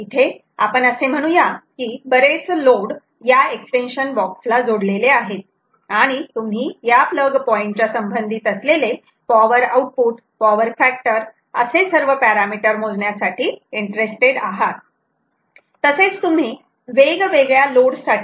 इथे आपण असे म्हणू या की बरेच लोड या एक्सटेन्शन बॉक्स ला जोडलेले आहेत आणि तुम्ही या प्लग पॉईंट च्या संबंधित असलेले VRMS IRMS power output power factor असे सर्व पॅरामिटर मोजण्यासाठी इंटरेस्टेड आहात तसेच तुम्ही वेगवेगळ्या लोड साठी देखील इंटरेस्टेड आहात